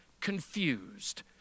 confused